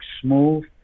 smooth